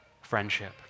friendship